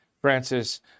Francis